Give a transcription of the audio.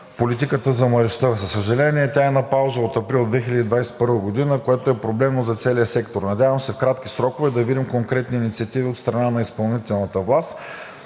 политиката за младежта. За съжаление, тя е на пауза от април 2021 г., което е проблемно за целия сектор. Надявам се в кратки срокове да видим конкретни инициативи от страна на изпълнителната власт